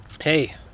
hey